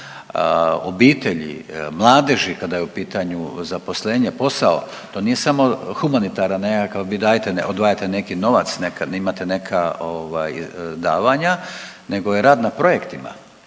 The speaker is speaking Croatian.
obitelji, mladeži, kada je pitanju zaposlenje, posao, to nije samo humanitaran nekakav, vi dajete, odvajate neki novac, nekad imate neka davanja, nego je rad na projektima.